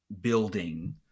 building